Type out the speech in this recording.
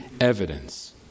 evidence